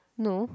no